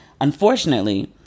Unfortunately